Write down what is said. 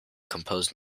composed